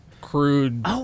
crude